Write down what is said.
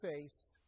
face